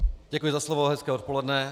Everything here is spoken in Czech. Děkuji za slovo a hezké odpoledne.